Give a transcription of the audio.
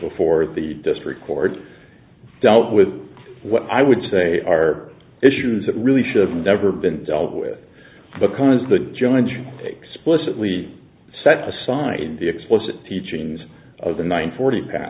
before the district court dealt with what i would say are issues that really should have never been dealt with because the judge explicitly set to sign the explicit teachings of the nine forty pat